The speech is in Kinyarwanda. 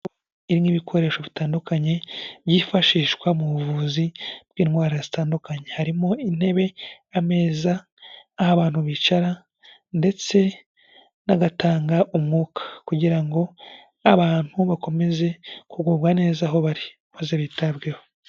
Ibi ni ibikoresho bitandukanye byifashishwa mu buvuzi bw'indwara zitandukanye, harimo intebe, ameza, abantu bicara ndetse n'agatanga umwuka, kugira ngo abantu bakomeze kugubwa neza aho bari batabweho.